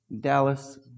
Dallas